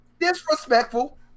Disrespectful